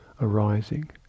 arising